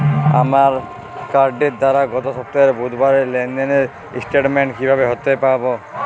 আমার কার্ডের দ্বারা গত সপ্তাহের বুধবারের লেনদেনের স্টেটমেন্ট কীভাবে হাতে পাব?